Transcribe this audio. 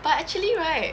but actually right